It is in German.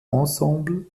ensemble